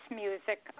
music